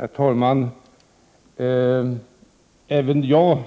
Herr talman! Även jag